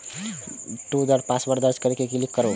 दू बेर पासवर्ड दर्ज कैर के क्लिक करू